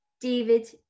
David